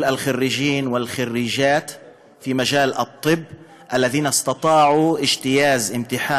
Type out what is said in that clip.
הבוגרים והבוגרות בתחום הרפואה שהצליחו לעבור את מבחן